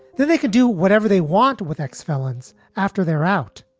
they they could do whatever they want with ex felons after they're out.